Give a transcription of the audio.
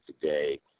today